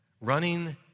running